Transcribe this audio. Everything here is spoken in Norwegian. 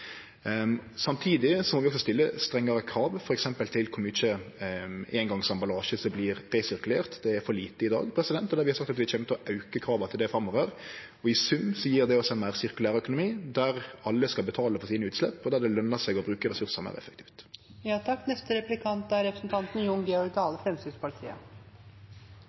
Samtidig må vi også stille strengare krav, f.eks. til kor mykje eingongsemballasje som vert resirkulert – det er for lite i dag. Der har vi sagt at vi kjem til å auke krava til det framover. I sum gjev det oss ein meir sirkulær økonomi, der alle skal betale for sine utslepp, og der det vil lønne seg å bruke ressursane meir